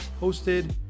hosted